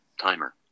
Timer